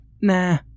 Nah